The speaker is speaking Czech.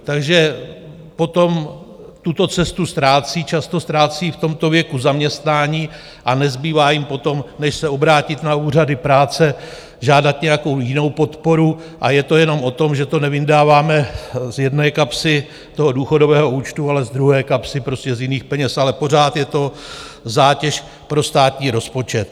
Takže potom tuto cestu ztrácí, často ztrácí v tomto věku zaměstnání a nezbývá jim potom, než se obrátit na úřady práce, žádat nějakou jinou podporu, a je to jenom o tom, že to nevyndaváme z jedné kapsy toho důchodového účtu, ale z druhé kapsy, prostě z jiných peněz, ale pořád je to zátěž pro státní rozpočet.